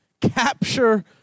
capture